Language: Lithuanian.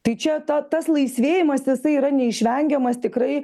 tai čia ta tas laisvėjimas jisai yra neišvengiamas tikrai